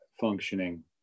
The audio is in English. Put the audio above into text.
functioning